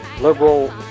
liberal